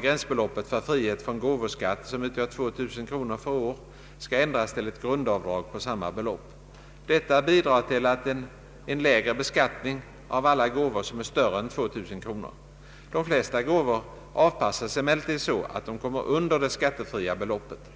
gränsbeloppet för frihet från gåvoskatt, som utgör 2 000 kronor för år, skall ändras till ett grundavdrag på samma belopp. Detta bidrar till en lägre beskattning av alla gåvor som är större än 2000 kronor. De flesta gåvor avpassas emellertid så att de kommer under det skattefria beloppet.